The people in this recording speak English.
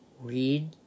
Read